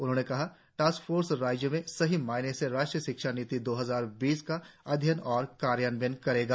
उन्होंने कहा task force राज्य में सही मायनों में राष्ट्रीय शिक्षा नीति दो हजार बीस का अध्ययन और कार्यान्वयन करेगा